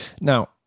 now